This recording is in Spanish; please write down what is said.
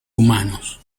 humanos